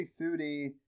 Foodie